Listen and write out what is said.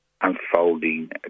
unfolding